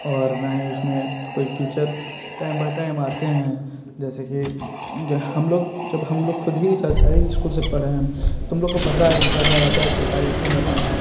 और ना ही उसमें कोई टीचर टाइम बाय टाइम आते हैं जैसे कि हम लोग जब हम लोग खुद ही सरकारी इस्कूल से पढ़े हैं तो हम लोग को पता है कि कैसा रहता है एक सरकारी इस्कूल में पढ़ना